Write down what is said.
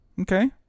Okay